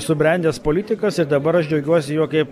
subrendęs politikas ir dabar aš džiaugiuosi juo kaip